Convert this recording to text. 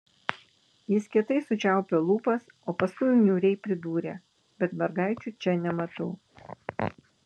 jis kietai sučiaupė lūpas o paskui niūriai pridūrė bet mergaičių čia nematau